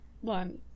one